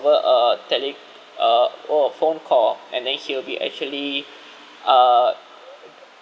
word uh tele~ uh word of phone call and then he'll be actually uh